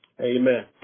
Amen